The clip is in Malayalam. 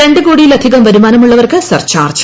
രണ്ട് കോടിയിലധികം പ്രവർമാനമുള്ളവർക്ക് സർചാർജ്ജ്